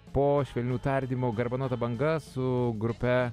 po švelnių tardymų garbanota banga su grupe